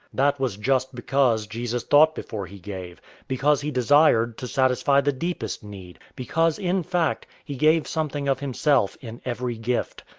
that was just because jesus thought before he gave because he desired to satisfy the deepest need because in fact he gave something of himself in every gift.